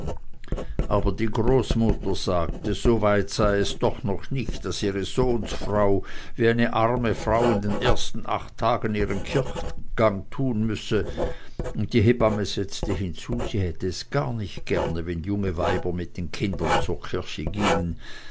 aber die großmutter sagte so weit sei es doch noch nicht daß ihre sohnsfrau wie eine arme frau in den ersten acht tagen ihren kirchgang tun müsse und die hebamme setzte hinzu sie hätte es gar nicht gerne wenn junge weiber mit den kindern zur kirche gingen